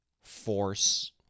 force